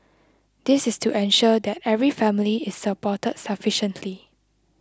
this is to ensure that every family is supported sufficiently